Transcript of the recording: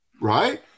right